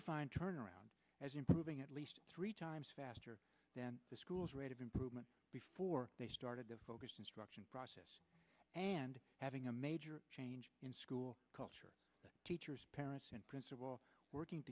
define turnaround as improving at least three times faster than the school's rate of improvement before they started to focus instruction process and having a major change in school culture teachers parents and principal working